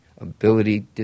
Ability